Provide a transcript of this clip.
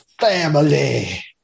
family